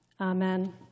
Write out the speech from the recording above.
Amen